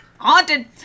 haunted